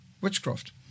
witchcraft